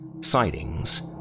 Sightings